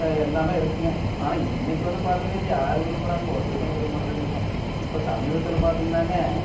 எல்லாமே இருக்குங்க ஆனால் இன்றைக்கு வந்து பார்த்திங்கனா இது யார் விரும்புகிறாங்க ஒருத்தருமே விரும்புறதில்லைங்க இப்போ சமீபத்தில் பார்த்திங்கனாங்க